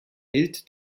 bild